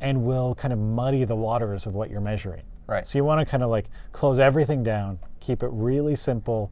and will kind of muddy the waters of what you're measuring. so you want to kind of like close everything down, keep it really simple,